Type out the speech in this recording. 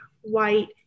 white